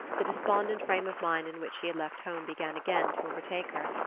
the despondent frame of mind in which she had left home began again to overtake her,